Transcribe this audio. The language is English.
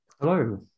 Hello